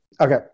Okay